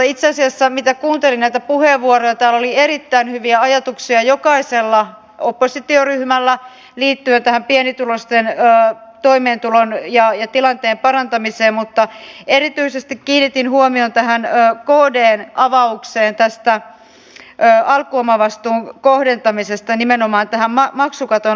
itse asiassa mitä kuuntelin näitä puheenvuoroja täällä oli erittäin hyviä ajatuksia jokaisella oppositioryhmällä liittyen tähän pienituloisten toimeentulon ja tilanteen parantamiseen mutta erityisesti kiinnitin huomion tähän kdn avaukseen tästä alkuomavastuun kohdentamisesta nimenomaan tähän maksukaton alentamiseen